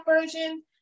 version